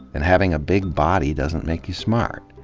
and having a big body doesn't make you smart.